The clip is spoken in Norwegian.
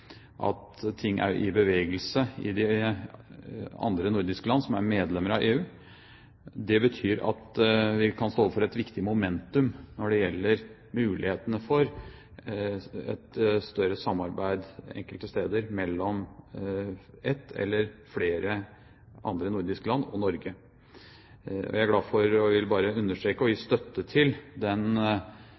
at ting er i bevegelse i de nordiske land som er medlemmer av EU. Det betyr at vi kan stå overfor et viktig momentum når det gjelder mulighetene for et større samarbeid enkelte steder mellom ett eller flere andre nordiske land og Norge. Jeg er glad for og vil bare understreke og gi støtte til den